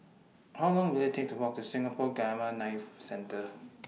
How Long Will IT Take to Walk to Singapore Gamma Knife Centre